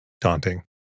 Daunting